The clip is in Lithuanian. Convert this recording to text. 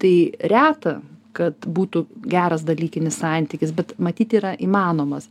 tai reta kad būtų geras dalykinis santykis bet matyt yra įmanomas